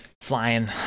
flying